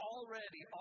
Already